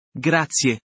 Grazie